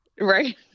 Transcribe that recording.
Right